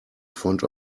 front